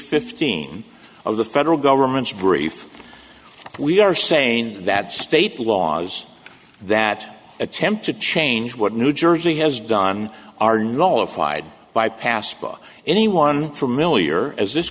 fifteen of the federal government's brief we are saying that state laws that attempt to change what new jersey has done are not all of fide bypassed by anyone familiar as this